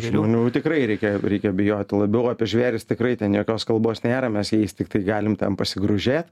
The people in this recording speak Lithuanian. žmonių tikrai reikia reikia bijoti labiau apie žvėris tikrai ten jokios kalbos nėra mes jais tiktai galim ten pasigrožėt